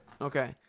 Okay